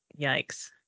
yikes